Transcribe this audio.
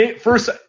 First